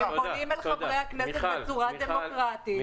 הם פונים אל חברי הכנסת בצורה דמוקרטית,